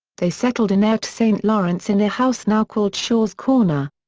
they settled in ayot st lawrence in a house now called shaw's corner.